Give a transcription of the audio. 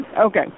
Okay